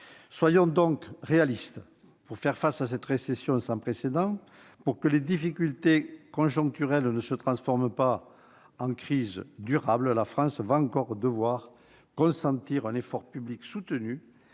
Soyons réalistes : pour faire face à cette récession sans précédent et afin que les difficultés conjoncturelles ne se transforment pas en crise durable, la France devra consentir un effort public soutenu